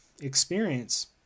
experience